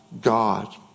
God